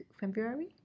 February